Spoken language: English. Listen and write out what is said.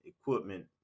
equipment